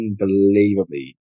unbelievably